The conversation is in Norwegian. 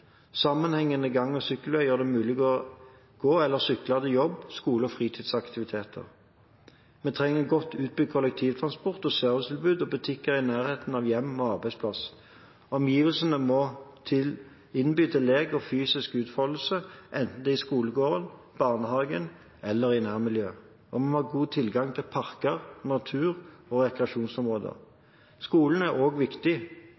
Sammenhengende gang- og sykkelveier gjør det mulig å gå eller sykle til jobb, skole og fritidsaktiviteter. Vi trenger en godt utbygd kollektivtransport og servicetilbud og butikker i nærheten av hjem og arbeidsplass. Omgivelsene må innby til lek og fysisk utfoldelse, enten det er i skolegården, i barnehagen eller i nærmiljøet, og vi må ha god tilgang til parker, natur og rekreasjonsområder. Skolen er også viktig. Den er en viktig